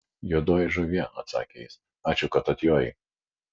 juodoji žuvie atsakė jis ačiū kad atjojai